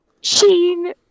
Sheen